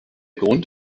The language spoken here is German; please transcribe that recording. grund